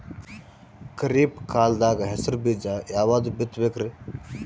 ಖರೀಪ್ ಕಾಲದಾಗ ಹೆಸರು ಬೀಜ ಯಾವದು ಬಿತ್ ಬೇಕರಿ?